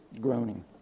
groaning